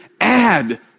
add